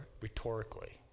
rhetorically